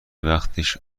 وقتش